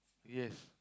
yes